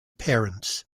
parents